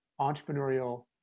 entrepreneurial